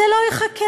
זה לא ייחקר.